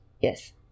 yes